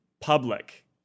public